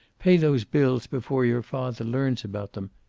pay those bills before your father learns about them.